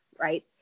right